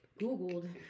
Googled